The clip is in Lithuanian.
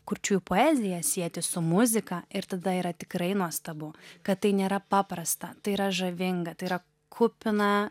kurčiųjų poeziją sieti su muzika ir tada yra tikrai nuostabu kad tai nėra paprasta tai yra žavinga tai yra kupina